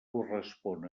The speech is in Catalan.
correspon